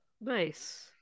nice